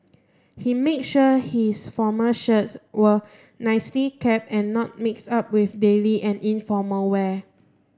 he made sure his formal shirts were nicely kept and not mixed up with daily and informal wear